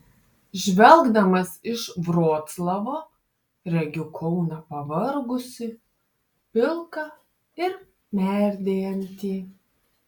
žvelgdamas iš vroclavo regiu kauną pavargusį pilką ir merdėjantį